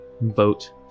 vote